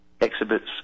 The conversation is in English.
exhibits